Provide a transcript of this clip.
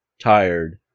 tired